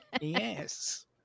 Yes